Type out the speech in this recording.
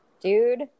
Dude